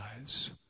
eyes